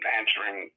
answering